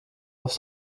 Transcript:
aufs